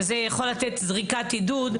וזה יכול לתת זריקת עידוד.